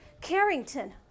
Carrington